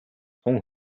тун